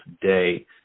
today